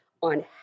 on